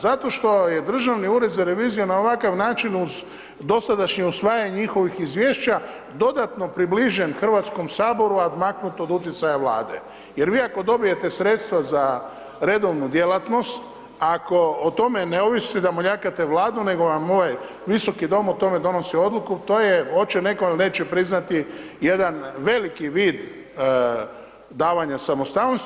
Zato što je Državni ured za reviziju na ovakav način uz dosadašnje usvajanje njihovih izvješća dodatno približen HS, a odmaknut od utjecaja Vlade, jer vi ako dobijete sredstva za redovnu djelatnost, ako o tome ne ovisi da moljakate Vladu, nego vam ovaj Visoki dom o tome donosi odluku, to je, hoće netko ili neće priznati, jedan veliki vid davanja samostalnosti.